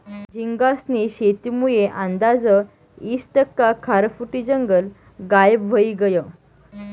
झींगास्नी शेतीमुये आंदाज ईस टक्का खारफुटी जंगल गायब व्हयी गयं